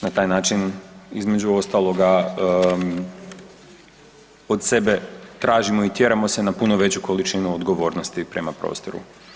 Na taj način između ostaloga od sebe tražimo i tjeramo se na puno veću količinu odgovornosti prema prostoru.